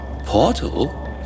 portal